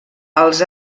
els